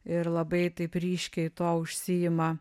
ir labai taip ryškiai tuo užsiima